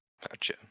Gotcha